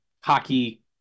hockey